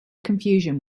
confusion